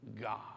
God